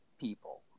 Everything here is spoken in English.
people